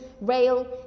rail